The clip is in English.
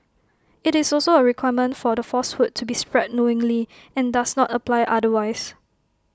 IT is also A requirement for the falsehood to be spread knowingly and does not apply otherwise